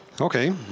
Okay